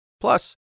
Plus